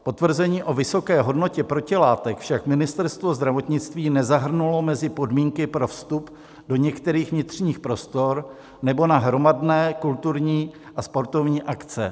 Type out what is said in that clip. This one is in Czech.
Potvrzení o vysoké hodnotě protilátek však Ministerstvo zdravotnictví nezahrnulo mezi podmínky pro vstup do některých vnitřních prostor nebo na hromadné kulturní a sportovní akce.